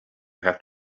have